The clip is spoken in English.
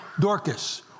Dorcas